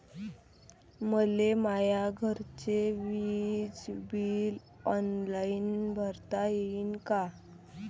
मले माया घरचे विज बिल ऑनलाईन भरता येईन का?